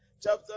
Chapter